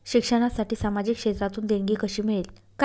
शिक्षणासाठी सामाजिक क्षेत्रातून देणगी कशी मिळेल?